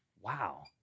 Wow